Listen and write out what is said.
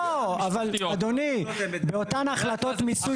לא, אבל אדוני, באותן החלטות מיסוי